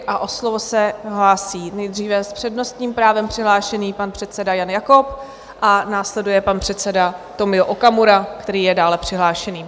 O slovo se hlásí nejdříve s přednostním právem přihlášený pan předseda Jan Jakob a následuje pan předseda Tomio Okamura, který je dále přihlášený.